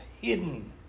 hidden